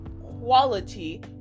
quality